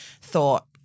thought